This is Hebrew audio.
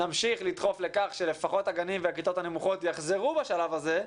נמשיך לדחוף לכך שלפחות הגנים והכיתות הנמוכות יחזרו בשלב הזה.